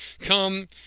Come